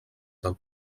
del